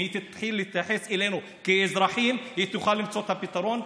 אם היא תתחיל להתייחס אלינו כאל אזרחים היא תוכל למצוא את הפתרון.